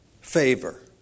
Favor